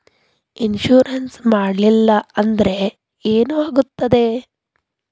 Insurance ಮಾಡಲಿಲ್ಲ ಅಂದ್ರೆ ಏನಾಗುತ್ತದೆ?